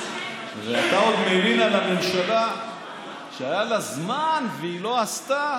ואתה עוד מלין על הממשלה שהיה לה זמן והיא לא עשתה.